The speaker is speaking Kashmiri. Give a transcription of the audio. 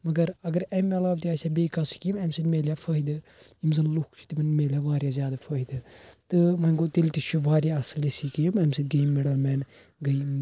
مگر اگر اَمہِ عَلاوٕ تہِ آسہِ ہہ بیٚیہِ کانٛہہ سکیٖم اَمہِ سۭتۍ مِلہِ ہہ فٲیدٕ یِم زَن لُکھ چھِ تِمن مِلہِ ہہ واریاہ زیادِ فٲیدٕ تہٕ وۄنۍ گوٚو تیٚلہِ تہِ چھِ واریاہ اصٕل یہِ سکیٖم اَمہِ سۭتۍ گٔے مِڈل مین گٔے